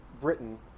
Britain